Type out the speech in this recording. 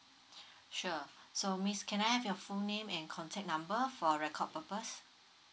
sure so miss can I have your full name and contact number for record purpose